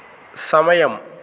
సమయం